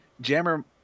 Jammer